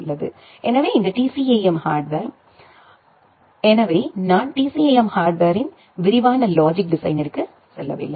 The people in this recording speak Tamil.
எனவே இந்த TCAM ஹார்ட்வேர் எனவே நான் TCAM ஹார்ட்வேர்ன் விரிவான லாஜிக் டிசைனிற்கு செல்லவில்லை